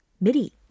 Midi